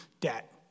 debt